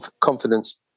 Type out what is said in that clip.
confidence